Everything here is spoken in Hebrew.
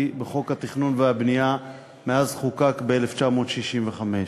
בחוק התכנון והבנייה מאז חוקק ב-1965.